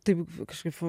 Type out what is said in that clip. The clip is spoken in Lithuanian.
taip kažkaip